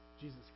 Jesus